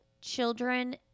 children